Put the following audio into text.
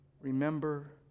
remember